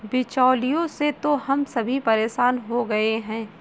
बिचौलियों से तो हम सभी परेशान हो गए हैं